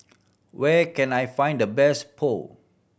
where can I find the best Pho